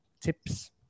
tips